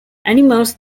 animals